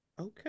okay